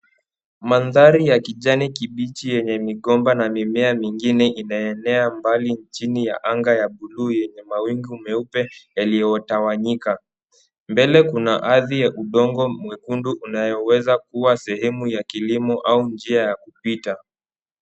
Maanthari ya kijani kibichi yenye migomba na mimea mingine imemea mbali chini ya anga ya buluu yenye mawingu meupe yaliyotawanyika. Mbele kuna hadhi ya udongo mwekundu unayoweza kuwa ni sehemu ya kilimo au njia ya kupita.